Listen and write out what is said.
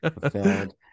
fulfilled